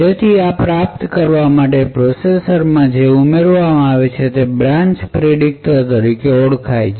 તેથી આ પ્રાપ્ત કરવા માટે પ્રોસેસર માં જે ઉમેરવામાં આવે છે તે બ્રાન્ચ પ્રિડિકટર તરીકે ઓળખાય છે